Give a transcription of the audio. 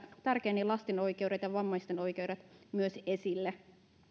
tärkeät lasten oikeudet ja vammaisten oikeudet myös esille